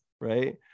right